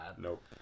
Nope